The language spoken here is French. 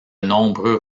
nombreux